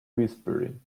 whispering